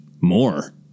more